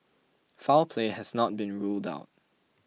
foul play has not been ruled out